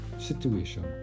situation